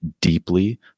deeply